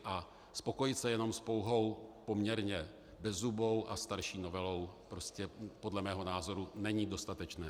A spokojit se jenom s pouhou poměrně bezzubou a starší novelou prostě podle mého názoru není dostatečné.